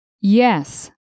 Yes